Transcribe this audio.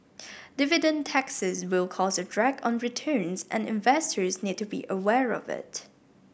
dividend taxes will cause a drag on returns and investors need to be aware of it